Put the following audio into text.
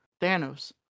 thanos